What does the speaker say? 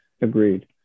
Agreed